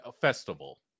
Festival